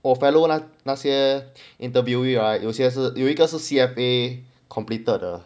我 fellow 那那些 interviewee right 有些是有一个是 C_F_A completed 的